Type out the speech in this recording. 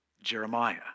Jeremiah